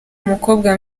umukobwa